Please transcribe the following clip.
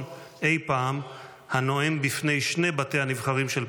אי פעם הנואם בפני שני בתי הנבחרים של פרגוואי,